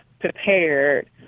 prepared